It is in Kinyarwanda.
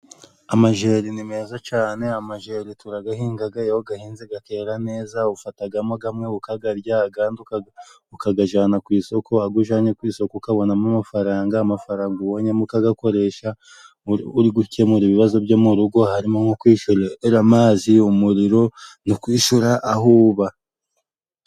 Amajeri ni meza cyane. Amajeri turayahinga, iyo wayahinze akera neza ufatamo amwe ukayarya ayandi ukagajyana ku isoko. Ayo ujyanye ku isoko ukabonamo amafaranga, amafaranga ubonye ukayakoresha uri gukemura ibibazo byo mu rugo, harimo nko kwishyura amazi, umuriro no kwishyura aho uba.